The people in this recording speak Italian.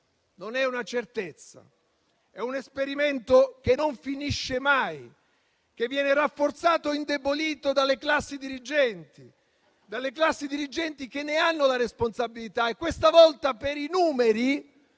non è una certezza; è un esperimento che non finisce mai e che viene rafforzato o indebolito dalle classi dirigenti che ne hanno la responsabilità. Questa volta, per i numeri